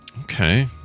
Okay